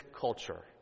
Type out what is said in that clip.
culture